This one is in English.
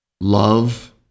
Love